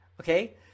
okay